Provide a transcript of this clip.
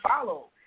follow